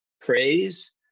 praise